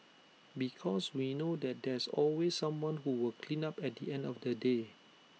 because we know that there's always someone who will clean up at the end of the day